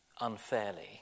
unfairly